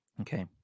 Okay